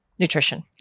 nutrition